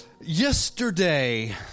Yesterday